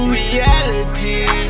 reality